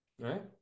right